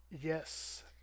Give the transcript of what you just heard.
Yes